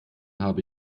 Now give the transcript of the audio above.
habe